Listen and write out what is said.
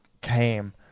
came